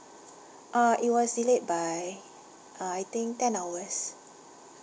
uh it was delayed by uh I think ten hours